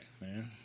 man